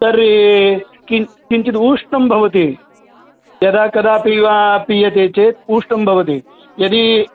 तर्हि किञ्चित् किञ्चित् उष्णं भवति यदा कदापि वा पीयते चेत् उष्णं भवति यदि